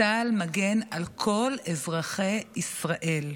צה"ל מגן על כל אזרחי ישראל.